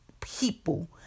people